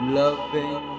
loving